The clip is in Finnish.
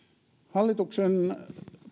hallituksen